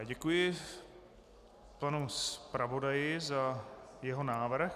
Děkuji panu zpravodaji za jeho návrh.